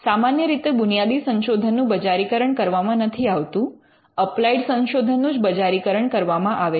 સામાન્ય રીતે બુનિયાદી સંશોધનનું બજારીકરણ કરવામાં નથી આવતું અપ્લાઇડ સંશોધનનું જ બજારીકરણ કરવામાં આવે છે